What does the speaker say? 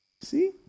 See